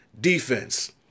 defense